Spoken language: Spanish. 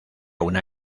una